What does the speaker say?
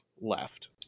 left